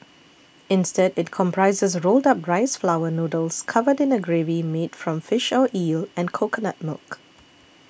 instead it comprises rolled up rice flour noodles covered in a gravy made from fish or eel and coconut milk